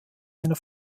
einer